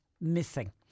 missing